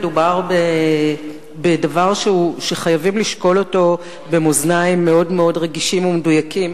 מדובר בדבר שחייבים לשקול אותו במאזניים מאוד מאוד רגישים ומדויקים,